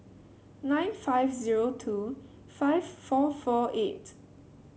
nine five zero two five four four eight